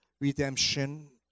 redemption